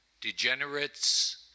Degenerates